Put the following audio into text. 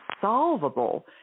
solvable